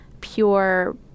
pure